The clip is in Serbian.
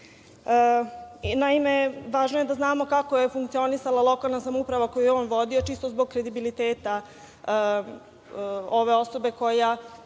Naime, važno je da znamo kako je funkcionisala lokalna samouprava koju je on vodio, čisto zbog kredibiliteta ove osobe koja